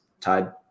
tied